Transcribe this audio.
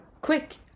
quick